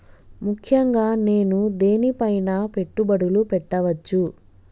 ముఖ్యంగా నేను దేని పైనా పెట్టుబడులు పెట్టవచ్చు?